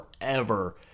forever